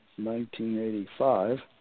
1985